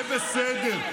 זה בסדר,